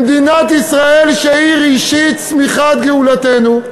במדינת ישראל, שהיא ראשית צמיחת גאולתנו,